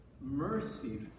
mercy